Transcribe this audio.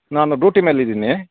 ನಾನು ಡೂಟಿ ಮೇಲೆ ಇದ್ದೀನಿ